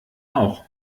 auch